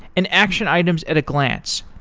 and action items at a glance.